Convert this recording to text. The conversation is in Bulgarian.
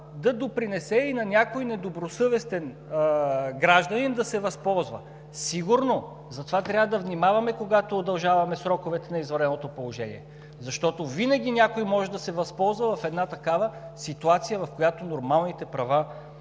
да допринесе и някой недобросъвестен гражданин да се възползва? Сигурно! Затова трябва да внимаваме, когато удължаваме сроковете на извънредното положение, защото винаги някой може да се възползва в една такава ситуация, в която нормалните права